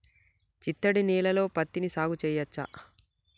చిత్తడి నేలలో పత్తిని సాగు చేయచ్చా?